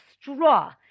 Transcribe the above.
straw